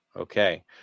okay